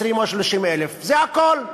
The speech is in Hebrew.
20,000 או 30,000. זה הכול.